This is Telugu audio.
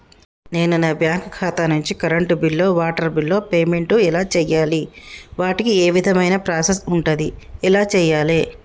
నేను నా బ్యాంకు ఖాతా నుంచి కరెంట్ బిల్లో వాటర్ బిల్లో పేమెంట్ ఎలా చేయాలి? వాటికి ఏ విధమైన ప్రాసెస్ ఉంటది? ఎలా చేయాలే?